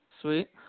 sweet